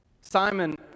Simon